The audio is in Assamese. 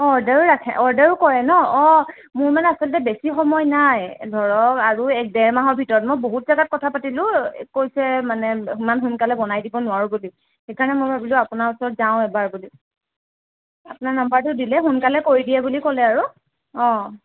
অঁ অৰ্ডাৰো ৰাখে অৰ্ডাৰো কৰে ন অঁ মোৰ মানে আচলতে বেছি সময় নাই ধৰক আৰু এক দেৰ মাহৰ ভিতৰত মই বহুত জেগাত কথা পাতিলোঁ কৈছে মানে ইমান সোনকালে বনাই দিব নোৱাৰোঁ বুলি সেইকাৰণে মই ভবিলোঁ আপোনাৰ ওচৰত যাওঁ এবাৰ বুলি আপোনাৰ নম্বৰটো দিলে সোনকালে কৰি দিয়ে বুলি ক'লে আৰু অঁ